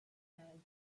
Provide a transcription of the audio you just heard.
hög